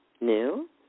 new